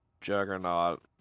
Juggernaut